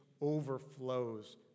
overflows